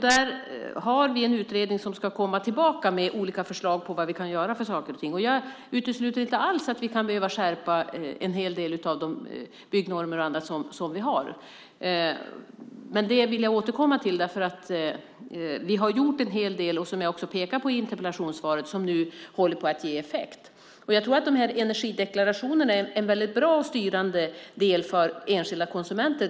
Där har vi en utredning som ska komma tillbaka med förslag på vad vi kan göra. Jag utesluter inte alls att vi kan behöva skärpa en hel del av de byggnormer som finns. Men jag vill återkomma till detta. Vi har gjort en hel del, som jag pekade på i interpellationssvaret, som håller på att ge effekt. Det andra är att energideklarationerna är en bra styrande del för enskilda konsumenter.